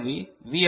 எனவே வி